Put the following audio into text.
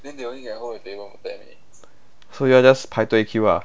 so you all just 排队 queue ah